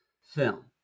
film